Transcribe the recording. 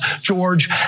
George